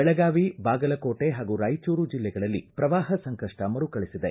ಬೆಳಗಾವಿ ಬಾಗಲಕೋಟೆ ಹಾಗೂ ರಾಯಚೂರು ಜಿಲ್ಲೆಗಳಲ್ಲಿ ಶ್ರವಾಹ ಸಂಕಷ್ಟ ಮರುಕಳಿಸಿದೆ